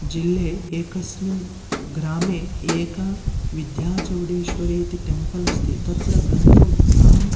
जिल्ले एकस्मिन् ग्रामे एकं विध्याचौडेश्वरीति टेम्पल् अस्ति तत्र गन्तुम् अहम्